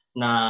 na